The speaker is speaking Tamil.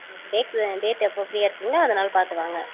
உங்களுக்கு டேட்டு டேட்டு எப்போ ஃப்ரீயாக இருக்கீங்களோ அந்த நாள் பார்த்து வாங்க